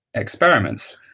experiments,